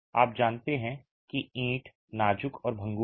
आप जानते हैं कि ईंट नाजुक और भंगुर है